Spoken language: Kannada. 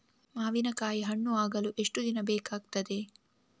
ಮಾವಿನಕಾಯಿ ಹಣ್ಣು ಆಗಲು ಎಷ್ಟು ದಿನ ಬೇಕಗ್ತಾದೆ?